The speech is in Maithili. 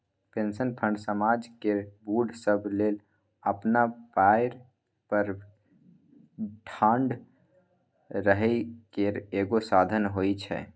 पेंशन फंड समाज केर बूढ़ सब लेल अपना पएर पर ठाढ़ रहइ केर एगो साधन होइ छै